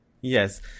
Yes